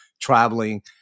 traveling